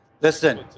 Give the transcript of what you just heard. Listen